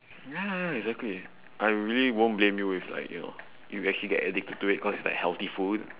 ya ya ya exactly I really won't blame you with like you know you'll actually get addicted to it cause like healthy food